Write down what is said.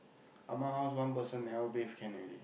amma house one person never bathe can already